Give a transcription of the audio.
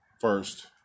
first